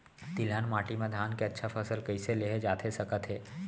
तिलहन माटी मा धान के अच्छा फसल कइसे लेहे जाथे सकत हे?